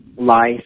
life